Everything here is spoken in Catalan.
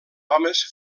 homes